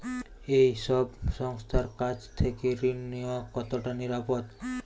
এই সব সংস্থার কাছ থেকে ঋণ নেওয়া কতটা নিরাপদ?